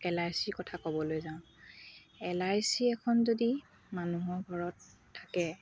L I চিৰ কথা ক'বলৈ যাওঁ এল আই চি এখন যদি মানুহৰ ঘৰত থাকে